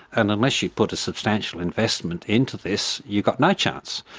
and unless you put a substantial investment into this, you've got no chance.